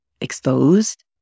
exposed